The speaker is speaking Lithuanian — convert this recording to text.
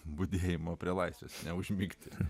budėjimo prie laisvės neužmigti